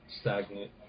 stagnant